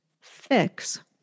fix